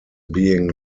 being